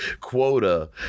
quota